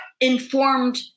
informed